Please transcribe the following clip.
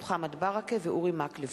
מוחמד ברכה ואורי מקלב.